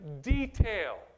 detail